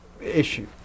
issue